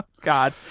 god